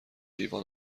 لیوان